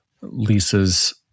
Lisa's